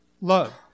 love